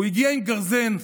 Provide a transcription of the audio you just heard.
הוא הגיע עם גרזן,